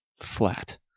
flat